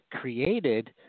created